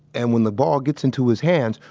and when the ball gets into his hands,